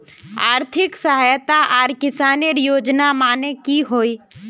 आर्थिक सहायता आर किसानेर योजना माने की होय?